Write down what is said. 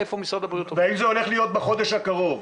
והאם זה הולך להיות בחודש הקרוב?